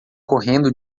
correndo